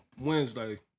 Wednesday